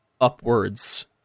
upwards